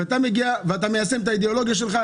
אתה מיישם את האידיאולוגיה שלך,